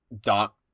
doc